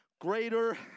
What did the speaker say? greater